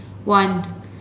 One